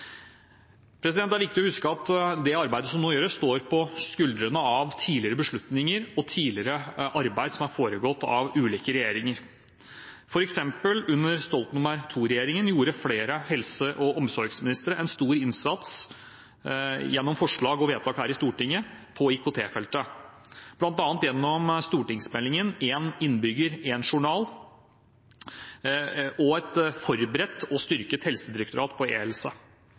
Det er viktig å huske at det arbeidet som nå gjøres, står på skuldrene til tidligere beslutninger og tidligere arbeid under ulike regjeringer. For eksempel gjorde under Stoltenberg II-regjeringen flere helse- og omsorgsministre en stor innsats gjennom forslag og vedtak her i Stortinget på IKT-feltet, bl.a. gjennom stortingsmeldingen Én innbygger – én journal og et forberedt og styrket helsedirektorat på